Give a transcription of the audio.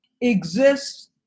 exists